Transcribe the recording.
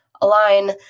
align